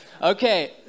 Okay